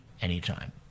anytime